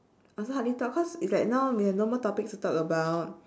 also hardly talk cause it's like now we have no more topics to talk about